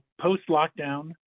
post-lockdown